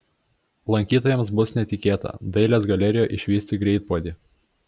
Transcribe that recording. lankytojams bus netikėta dailės galerijoje išvysti greitpuodį